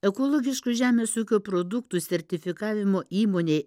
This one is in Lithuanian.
ekologiškų žemės ūkio produktų sertifikavimo įmonė